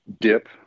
dip